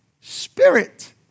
Spirit